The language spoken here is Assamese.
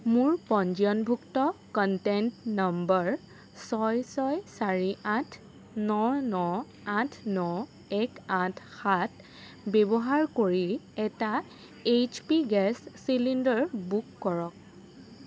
মোৰ পঞ্জীয়নভুক্ত কন্টেক্ট নম্বৰ ছয় ছয় চাৰি আঠ ন ন আঠ ন এক আঠ সাত ব্যৱহাৰ কৰি এটা H P gas cylinder book কৰক